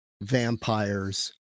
vampires